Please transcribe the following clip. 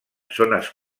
zones